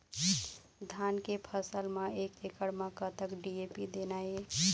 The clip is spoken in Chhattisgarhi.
धान के फसल म एक एकड़ म कतक डी.ए.पी देना ये?